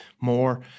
more